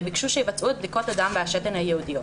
וביקשו שיבצעו את בדיקות הדם והשתן הייעודיות.